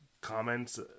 comments